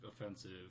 offensive